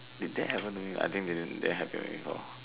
did that happen to me I think that happen to me before